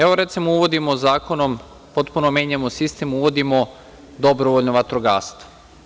Evo, recimo, uvodimo zakonom, potpuno menjamo sistem, uvodimo dobrovoljno vatrogastvo.